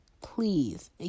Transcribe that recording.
please